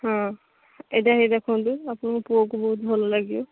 ହଁ ଏଇଟା ହେଇ ଦେଖନ୍ତୁ ଆପଣଙ୍କ ପୁଅକୁ ବହୁତ ଭଲଲାଗିବ